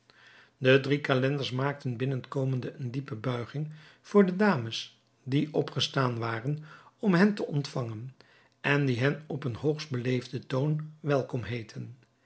de drie calenders maakten binnenkomende eene diepe buiging voor de dames die opgestaan waren om hen te ontvangen en die hen op een hoogst beleefden toon welkom heetten